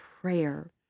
prayer